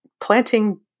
planting